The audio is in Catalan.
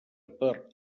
per